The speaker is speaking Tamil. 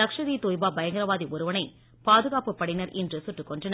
லக்ஷர் இ தய்பா பயங்கரவாதி ஒருவனை பாதுகாப்பு படையினர் இன்று சுட்டுக் கொன்றனர்